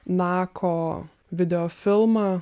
nako videofilmą